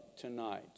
tonight